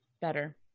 Better